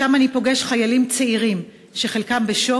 שם אני פוגש חיילים צעירים שחלקם בשוק,